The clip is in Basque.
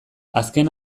azken